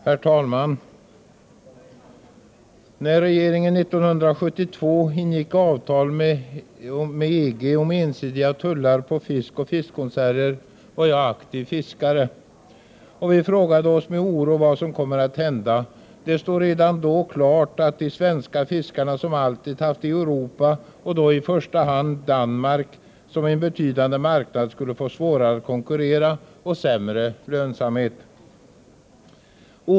Herr talman! När regeringen 1972 ingick avtal med EG om ensidiga tullar på fisk och fiskkonserver var jag aktiv fiskare. Vi frågade oss med oro vad som skulle hända. Det stod redan då klart att de svenska fiskarna, som alltid haft Europa, i första hand Danmark, som en betydande marknad, skulle få svårare att konkurrera och sämre lönsamhet.